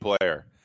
player